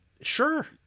Sure